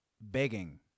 begging